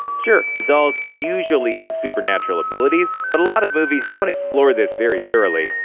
sure, the dolls usually have supernatural abilities, but a lot of movies don't explore this very thoroughly.